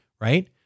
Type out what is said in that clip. right